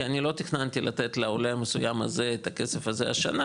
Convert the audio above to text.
כי אני לא תכננתי לתת לעולה המסוים הזה את הכסף הזה השנה,